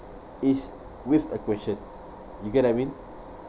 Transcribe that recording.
is with a question you get what I mean